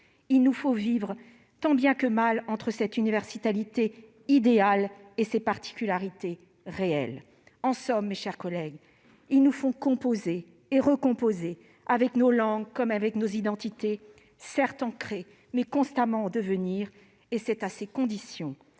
Il nous faut vivre tant bien que mal entre cette universalité idéale et ces particularités réelles. » En somme, mes chers collègues, il nous faut composer et recomposer avec nos langues comme avec nos identités, certes ancrées, mais constamment en devenir. C'est à ces conditions